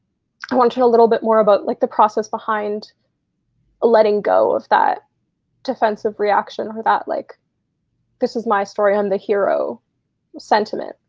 i want to know a little bit more about like the process behind letting go of that defensive reaction or that, like this is my story, i'm the hero sentiment.